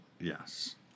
Yes